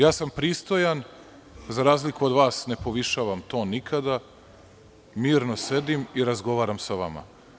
Ja sam pristojan, za razliku od vas ne povišavam ton nikada, mirno sedim i razgovaram sa vama.